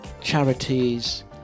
charities